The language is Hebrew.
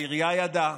העירייה ידעה.